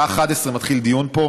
בשעה 11:00 מתחיל דיון פה,